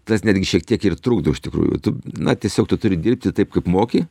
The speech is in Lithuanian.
tas netgi šiek tiek ir trukdo iš tikrųjų tu na tiesiog tu turi dirbti taip kaip moki